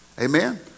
Amen